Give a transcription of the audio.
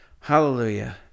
Hallelujah